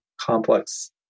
complex